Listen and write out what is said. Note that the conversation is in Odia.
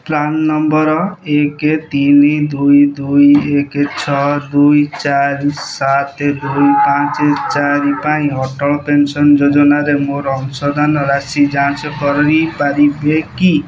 ପ୍ଲାନ୍ ନମ୍ବର ଏକ ତିନି ଦୁଇ ଦୁଇ ଏକ ଛଅ ଦୁଇ ଚାରି ସାତ ଦୁଇ ପାଞ୍ଚ ଚାରି ପାଇଁ ଅଟଳ ପେନ୍ସନ୍ ଯୋଜନାରେ ମୋର ଅଂଶଦାନ ରାଶି ଯାଞ୍ଚ କରିପାରିବେ କି